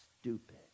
stupid